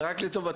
זה רק לטובתם.